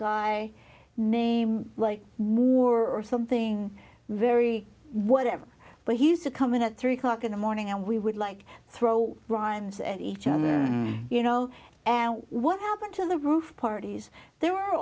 guy name like more something very whatever but he used to come in at three o'clock in the morning and we would like throw rhymes and each other you know and what happened to the roof parties there were